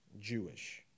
Jewish